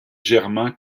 germain